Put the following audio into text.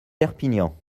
perpignan